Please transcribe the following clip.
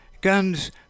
guns